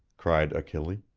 cried achille.